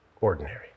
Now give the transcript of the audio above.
ordinary